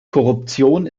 korruption